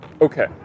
Okay